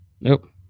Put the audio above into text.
Nope